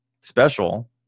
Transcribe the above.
special